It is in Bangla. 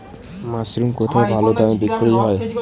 মাসরুম কেথায় ভালোদামে বিক্রয় হয়?